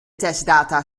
testdata